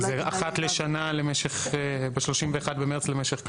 אז אחת לשנה ב-31 במרץ למשך כמה?